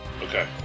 Okay